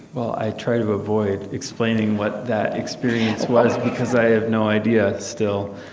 well, i try to avoid explaining what that experience was because i have no idea, still.